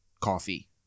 coffee